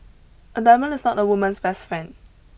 a diamond is not a woman's best friend